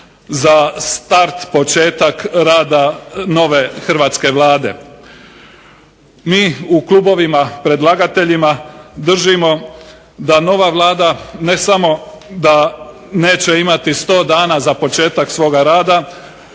za start, početak rada nove Hrvatske vlade. MI u klubovima, predlagateljima držimo da nova Vlada ne samo da neće imati 100 dana za početak svoga rada,